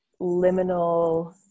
liminal